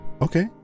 okay